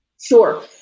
Sure